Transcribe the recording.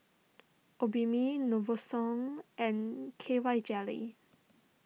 Obimin Novosource and K Y Jelly